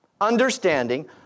understanding